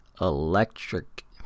electric